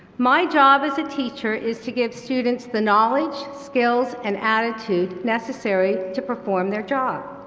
my job as a teacher is to give students the knowledge, skills and attitude necessary to perform their job.